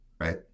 right